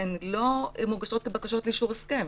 לא מוגשות כבקשות לאישור הסכם,